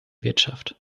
wirtschaft